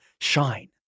shine